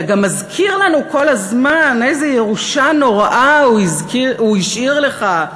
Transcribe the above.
אתה גם מזכיר לנו כל הזמן איזה ירושה נוראה הוא השאיר לך.